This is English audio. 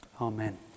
Amen